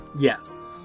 Yes